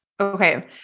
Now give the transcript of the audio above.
Okay